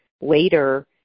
later